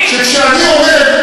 שכשאני עומד,